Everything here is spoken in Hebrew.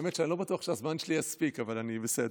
האמת, אני לא בטוח שהזמן שלי יספיק, אבל אני בסדר.